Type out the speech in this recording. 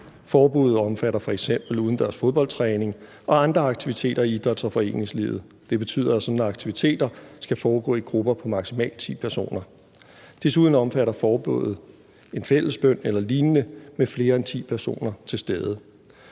Forbuddet omfatter f.eks. udendørs fodboldtræning og andre aktiviteter i idræts- og foreningslivet. Det betyder, at sådanne aktiviteter skal foregå i grupper på maksimalt ti personer. Desuden omfatter forbuddet en fællesbøn eller lignende med flere end ti personer til stede.